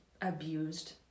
abused